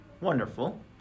Wonderful